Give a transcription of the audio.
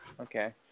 Okay